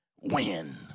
win